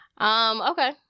Okay